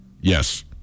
yes